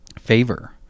favor